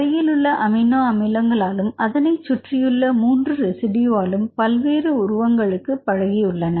அருகிலுள்ள அமினோ அமிலங்களாலும் அதை சுற்றியுள்ள 3 ரெசிடியூவாலும் பல்வேரு உருவங்களுக்கு பழகி உள்ளன